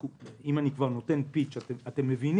אתם יודעים